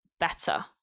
better